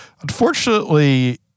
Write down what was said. unfortunately